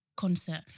concert